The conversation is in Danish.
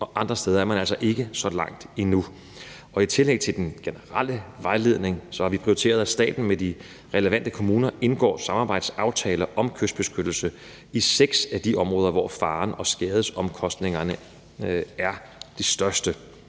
andre steder er man altså ikke så langt endnu. Og i tillæg til den generelle vejledning har vi prioriteret, at staten med de relevante kommuner indgår samarbejdsaftaler om kystbeskyttelse i seks af de områder, hvor faren og skadesomkostningerne er de største.